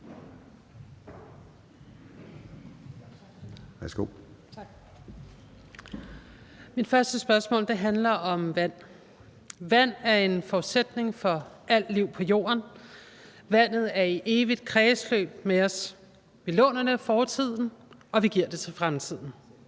Mit første spørgsmål handler om vand. Vand er en forudsætning for alt liv på Jorden. Vandet er i evigt kredsløb med os. Vi låner det af fortiden, og vi giver det til fremtiden.